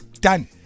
Done